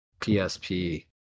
PSP